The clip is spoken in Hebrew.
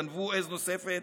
גנבו עז נוספת